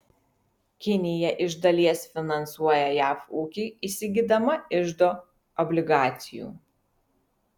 kinija iš dalies finansuoja jav ūkį įsigydama iždo obligacijų